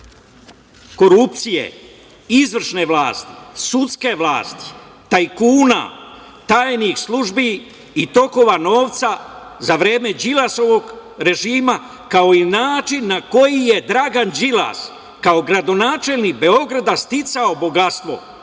korupcije, izvršne vlasti, sudske vlasti, tajkuna, tajnih službi i tokova novca za vreme Đilasovog režima, kao i način na koji je Dragan Đilas kao gradonačelnik Beograda sticao bogatstvo,